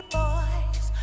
boys